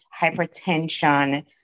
hypertension